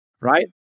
right